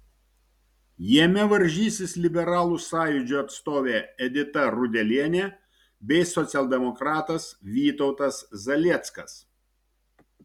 jame varžysis liberalų sąjūdžio atstovė edita rudelienė bei socialdemokratas vytautas zalieckas